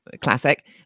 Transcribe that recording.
classic